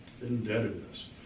indebtedness